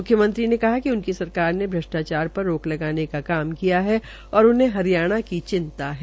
मुख्यमंत्री ने कहा कि उनकी सरकार ने भ्रष्टाचार पर रोक लगाने का काम किया है और उन्हें हरियाणा की चिंता है